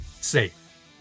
safe